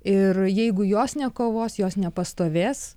ir jeigu jos nekovos jos nepastovės